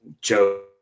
Joe